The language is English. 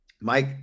Mike